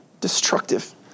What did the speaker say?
destructive